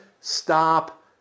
stop